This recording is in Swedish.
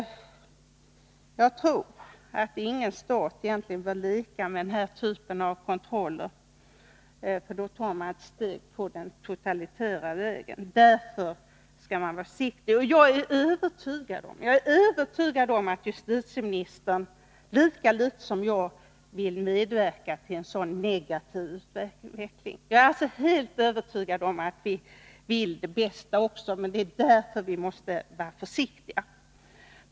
Jag tror att ingen stat bör leka med den här typen av kontroller — då tar man ett steg på den totalitära vägen. Därför skall man vara försiktig, och jag är övertygad om att justitieministern lika litet som jag vill medverka till en sådan negativ utveckling. Jag är alltså helt övertygad om att vi vill det bästa, men just därför måste man vara försiktig.